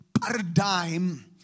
paradigm